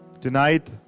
Tonight